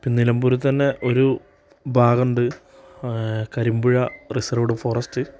പിന്നെ നിലമ്പൂരിൽത്തന്നെ ഒരു ഭാഗമുണ്ട് കരിമ്പുഴ റിസർവ്ഡ് ഫോറെസ്റ്റ്